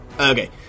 Okay